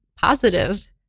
positive